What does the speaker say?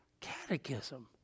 Catechism